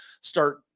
start